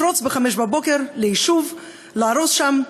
לפרוץ בחמש בבוקר ליישוב, להרוס שם,